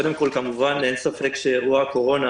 קודם כול, כמובן אין ספק שאירוע הקורונה